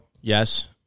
yes